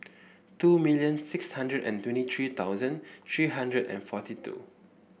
two million six hundred and twenty three thousand three hundred and forty two